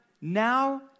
now